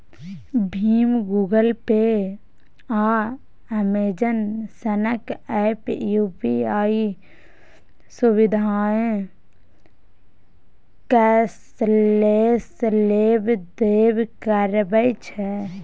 भीम, Google Pay, आ Amazon सनक app UPI सुविधासँ कैशलेस लेब देब करबै छै